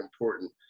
important